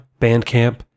Bandcamp